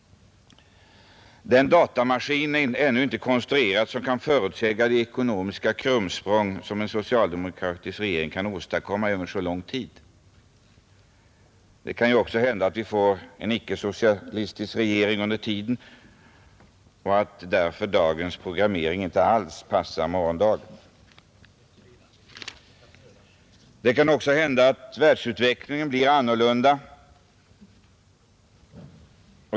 Den datamaskin är ännu inte konstruerad som kan förutsäga de ekonomiska krumsprång som en socialdemokratisk regering kan åstadkomma under en så lång period. Det kan ju också hända att vi får en icke-socialistisk regering under tiden och att dagens programmering därför inte alls passar morgondagen — eller att världens utveckling blir annorlunda.